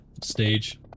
stage